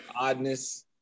oddness